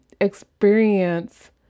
experience